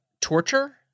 torture